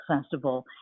Festival